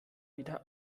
wieder